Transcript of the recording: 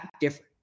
different